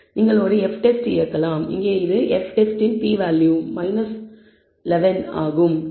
நீங்கள் ஒரு F test இயக்கலாம் இங்கே F டெஸ்டின் p வேல்யூ 11 ஆகும்